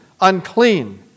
unclean